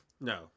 No